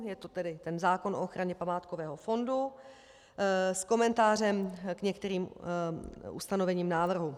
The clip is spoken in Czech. Je to tedy ten zákon o ochraně památkového fondu s komentářem k některým ustanovením návrhu: